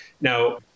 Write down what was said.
Now